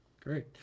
great